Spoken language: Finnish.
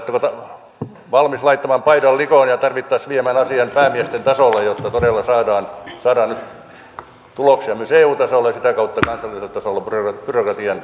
oletteko valmis laittamaan paidan likoon ja tarvittaessa viemään asian päämiesten tasolle jotta todella saadaan nyt tuloksia myös eu tasolle ja sitä kautta kansalliselle tasolle byrokratian lieventämiseen